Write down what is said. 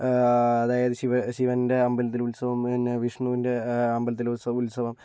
അതായത് ശിവൻറെ അമ്പലത്തിലെ ഉത്സവം പിന്നെ വിഷ്ണുവിൻറെ അമ്പലത്തിലെ ഉത്സവം